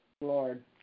Lord